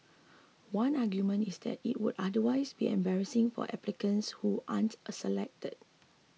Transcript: one argument is that it would otherwise be embarrassing for applicants who aren't selected